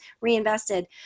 reinvested